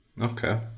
okay